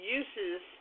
uses